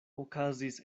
okazis